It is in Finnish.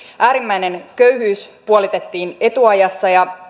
äärimmäinen köyhyys puolitettiin etuajassa ja